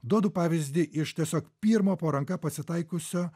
duodu pavyzdį iš tiesiog pirmo po ranka pasitaikiusio